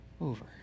over